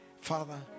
Father